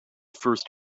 first